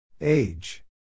Age